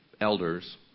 elders